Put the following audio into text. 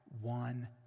one